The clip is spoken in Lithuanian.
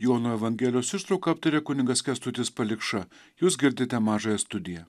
jono evangelijos ištrauką aptarė kunigas kęstutis palikša jūs girdite mažąją studiją